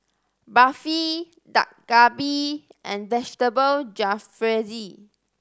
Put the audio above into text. Barfi Dak Galbi and Vegetable Jalfrezi